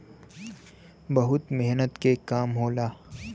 बहुत मेहनत के काम होला